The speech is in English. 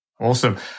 Awesome